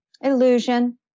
Illusion